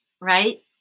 right